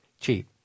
cheap